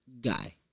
guy